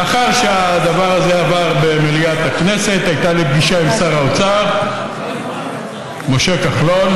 לאחר שהדבר הזה עבר במליאת הכנסת הייתה לי פגישה עם שר האוצר משה כחלון.